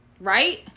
Right